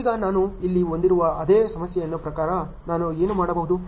ಈಗ ನಾನು ಇಲ್ಲಿ ಹೊಂದಿರುವ ಅದೇ ಸಮಸ್ಯೆಯ ಪ್ರಕಾರ ನಾನು ಏನು ಮಾಡಬಹುದು